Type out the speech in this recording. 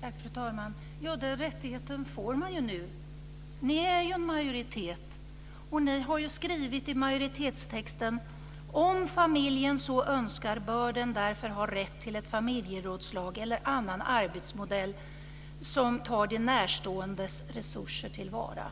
Fru talman! Den rättigheten får man ju nu. Ni är ju i majoritet, och ni har skrivit i majoritetstexten: Om familjen så önskar bör den därför ha rätt till ett familjerådslag eller annan arbetsmodell som tar de närståendes resurser till vara.